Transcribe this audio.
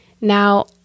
Now